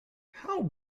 how